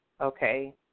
Okay